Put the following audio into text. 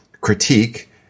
critique